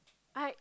I